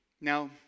Now